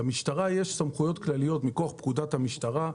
למשטרה יש סמכויות כלליות מכוח פקודת המשטרה.